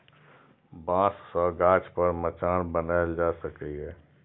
बांस सं गाछ पर मचान बनाएल जा सकैए